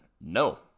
no